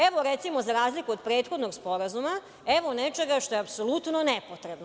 Evo, recimo, za razliku od prethodnog sporazuma, nečega što je apsolutno nepotrebno.